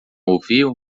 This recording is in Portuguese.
ouviu